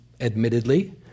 admittedly